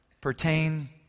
pertain